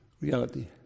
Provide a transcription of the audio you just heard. reality